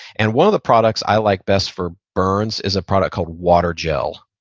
and one of the products i like best for burns is a product called water-jel,